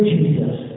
Jesus